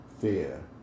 fear